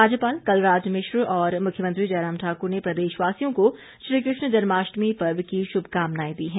राज्यपाल कलराज मिश्र और मुख्यमंत्री जयराम ठाकुर ने प्रदेशवासियों को श्रीकृष्ण जन्माष्टमी पर्व की शुभकामनाएं दी हैं